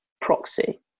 proxy